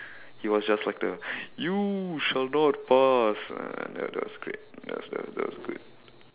he was just like the you shall not pass and that was great that was that was good